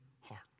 heart